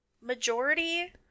Majority